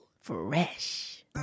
fresh